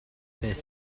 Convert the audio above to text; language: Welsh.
beth